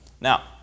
Now